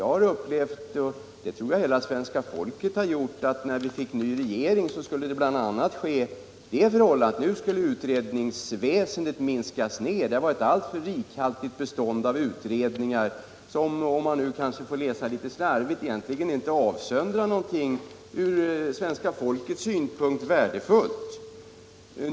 Jag har förut upplevt det så — och det tror jag att hela svenska folket har gjort — att när vi fick en ny regering skulle utredningsväsendet minskas ner, att det har varit ett alltför rikhaltigt bestånd av utredningar, som — om jag nu kanske får läsa det litet slarvigt — egentligen inte avsöndrar någonting från svenska folkets synpunkt värdefullt.